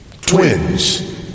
twins